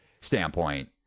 standpoint